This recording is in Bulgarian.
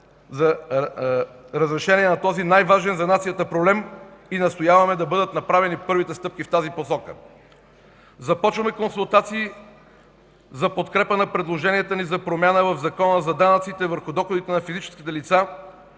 за разрешение на този най-важен за нацията проблем и настояваме да бъдат направени първите стъпки в тази посока. Започваме консултации за подкрепа на предложенията ни за промяна в Закона за данъците върху доходите на физическите лица,